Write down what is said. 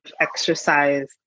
exercise